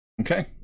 Okay